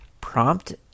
prompt